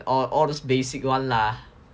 or all those basic [one] lah